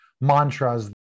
mantras